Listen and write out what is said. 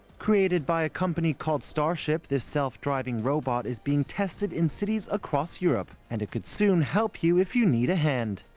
created by a company called starship, this self-driving robot is being tested in cities across europe. and it could soon help you if you need a hand.